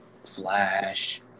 Flash